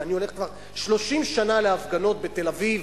ואני הולך כבר 30 שנה להפגנות בתל-אביב,